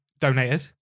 donated